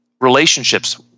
relationships